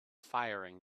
firing